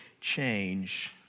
change